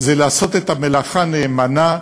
זה לעשות את המלאכה נאמנה,